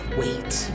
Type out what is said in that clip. wait